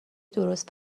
درست